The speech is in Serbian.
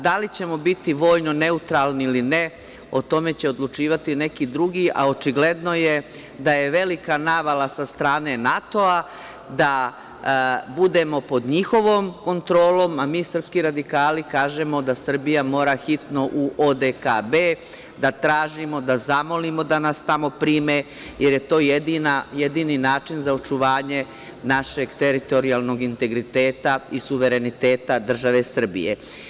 Da li ćemo biti vojno neutralni ili ne, o tome će odlučivati neki drugi, a očigledno je da je velika navala sa strane NATO da budemo pod njihovom kontrolom, a mi srpski radikali kažemo da Srbija mora hitno u ODKB da tražimo, da zamolimo da nas tamo prime, jer je to jedini način za očuvanje našeg teritorijalnog integriteta i suvereniteta države Srbije.